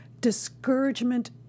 Discouragement